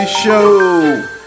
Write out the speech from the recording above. show